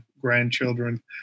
grandchildren